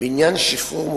מהווה שיקול לשחרורו